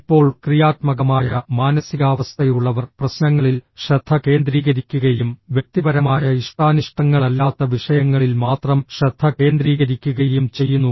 ഇപ്പോൾ ക്രിയാത്മകമായ മാനസികാവസ്ഥയുള്ളവർ പ്രശ്നങ്ങളിൽ ശ്രദ്ധ കേന്ദ്രീകരിക്കുകയും വ്യക്തിപരമായ ഇഷ്ടാനിഷ്ടങ്ങളല്ലാത്ത വിഷയങ്ങളിൽ മാത്രം ശ്രദ്ധ കേന്ദ്രീകരിക്കുകയും ചെയ്യുന്നു